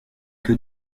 que